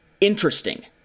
interesting